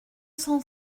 cent